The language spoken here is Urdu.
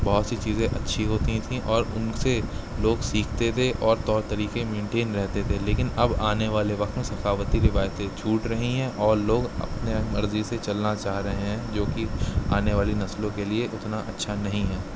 بہت سی چیزیں اچھی ہوتی تھیں اور ان سے لوگ سیکھتے تھے اور طور طریقے مینٹین رہتے تھے لیکن اب آنے والے وقت میں ثقافتی روایتیں چھوٹ رہی ہیں اور لوگ اپنے مرضی سے چلنا چاہ رہے ہیں جو کہ آنے والی نسلوں کے لیے اتنا اچھا نہیں ہے